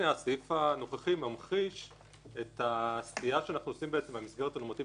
הסעיף הנוכחי ממחיש את הסטייה שאנחנו עושים מהמסגרת הנורמטיבית הרגילה.